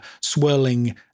swirling